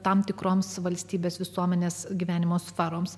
tam tikroms valstybės visuomenės gyvenimo sferoms